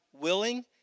willing